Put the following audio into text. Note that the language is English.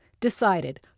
decided